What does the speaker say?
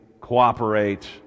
cooperate